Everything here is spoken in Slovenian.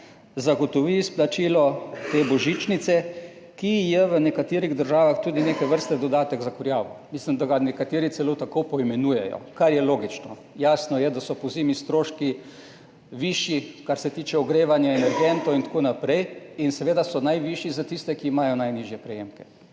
zagotovi izplačilo te božičnice, ki je v nekaterih državah tudi neke vrste dodatek za kurjavo. Mislim, da ga nekateri celo tako poimenujejo, kar je logično. Jasno je, da so pozimi stroški višji, kar se tiče ogrevanja, energentov in tako naprej. In seveda so najvišji za tiste, ki imajo najnižje prejemke.